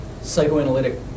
psychoanalytic